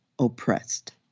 oppressed